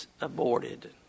aborted